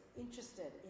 interested